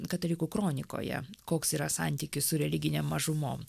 katalikų kronikoje koks yra santykis su religinėm mažumom